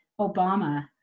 Obama